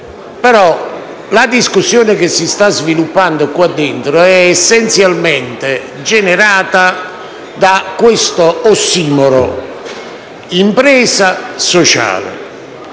Ma la discussione che si sta sviluppando qui dentro è essenzialmente generata da questo ossimoro: impresa sociale.